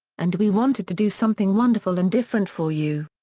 and we wanted to do something wonderful and different for you.